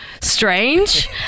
strange